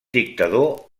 dictador